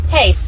Hey